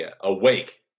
awake